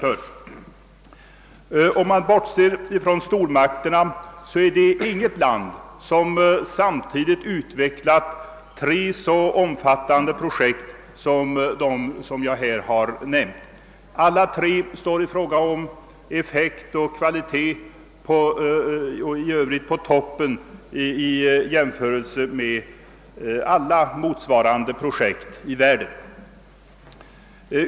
Om man bortser från stormakterna är det inget land som samtidigt utvecklat tre så omfattande projekt som dem jag här har nämnt. Alla tre står i fråga om effekt och kvalitet i övrigt på toppen jämfört med alla motsvarande projekt 1 världen.